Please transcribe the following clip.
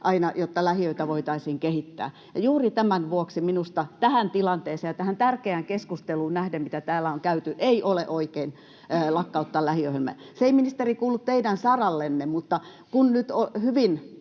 aina, jotta lähiöitä voitaisiin kehittää. Juuri tämän vuoksi minusta tähän tilanteeseen ja tähän tärkeään keskusteluun nähden, mitä täällä on käyty, ei ole oikein lakkauttaa lähiöohjelmaa. Se ei, ministeri, kuulu teidän sarallenne, mutta kun nyt